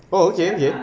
oh okay okay